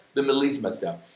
the melisma stuff,